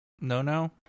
no-no